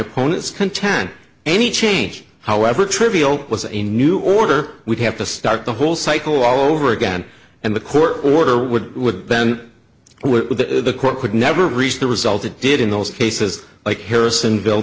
opponents contend any change however trivial it was a new order would have to start the whole cycle all over again and the court order would then when the court could never reach the result it did in those cases like harrisonville